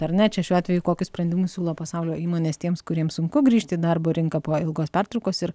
ar ne čia šiuo atveju kokius sprendimus siūlo pasaulio įmonės tiems kuriems sunku grįžti į darbo rinką po ilgos pertraukos ir